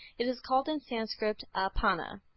it is called in sanskrit apana.